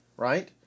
Right